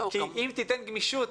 אם תיתן גמישות,